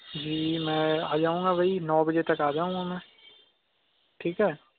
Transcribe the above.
جی میں آ جاؤں گا وہی نو بجے تک آ جاؤں گا میں ٹھیک ہے